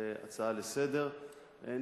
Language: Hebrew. להצעה לסדר-היום,